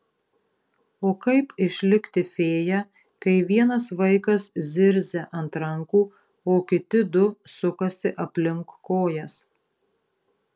o kaip išlikti fėja kai vienas vaikas zirzia ant rankų o kiti du sukasi aplink kojas